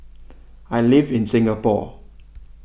I live in Singapore